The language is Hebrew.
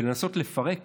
ולנסות לפרק